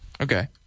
okay